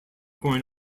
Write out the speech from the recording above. going